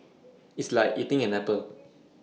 it's like eating an apple